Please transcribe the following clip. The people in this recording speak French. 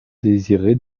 désiré